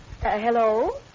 Hello